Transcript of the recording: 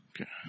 Okay